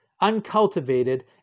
uncultivated